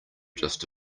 just